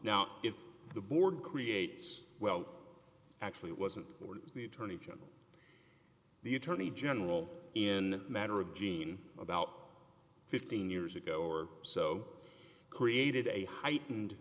now if the board creates well actually it wasn't or was the attorney general the attorney general in matter of gene about fifteen years ago or so created a heightened